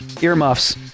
earmuffs